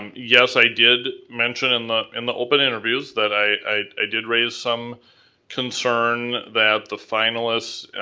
um yes i did mention in the and the open interviews that i i did raise some concern that the finalist